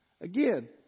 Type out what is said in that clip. Again